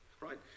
right